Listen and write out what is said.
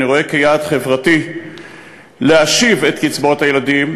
אני רואה כיעד חברתי את השבת קצבאות הילדים,